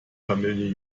familie